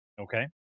okay